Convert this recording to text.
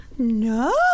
no